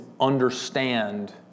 understand